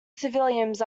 civilians